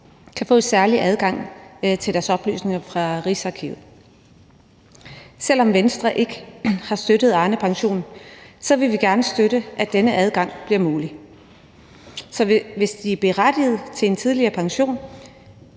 kan få en særlig adgang til deres oplysninger fra Rigsarkivet. Selv om Venstre ikke har støttet Arnepensionen, vil vi gerne støtte, at denne adgang bliver mulig. Så hvis de er berettiget til en tidligere pension,